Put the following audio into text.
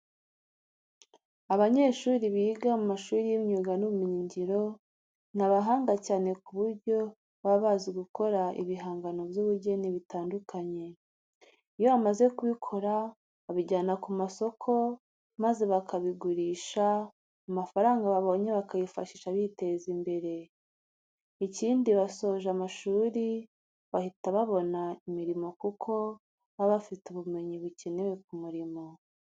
Abanyeshuri biga mu mashuri y'imyuga n'ubumenyingiro, ni abahanga cyane ku buryo baba bazi gukora ibihangano by'ubugeni bitandukanye. Iyo bamaze kubikora babijyana ku masoko maza bakabigurisha, amafaranga babonye bakayifashisha biteza imbere. Ikindi, iyo basoje amashuri bahita babona imirimo kuko baba bafite ubumenyi bukenewe ku murimo.